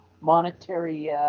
monetary